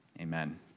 Amen